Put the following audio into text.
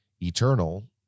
Eternal